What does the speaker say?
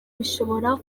bishobora